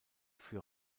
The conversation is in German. für